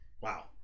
Wow